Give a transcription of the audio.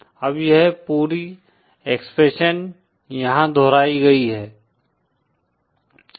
अब यह पूरी एक्सप्रेशन यहां दोहराई गई है